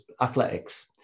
Athletics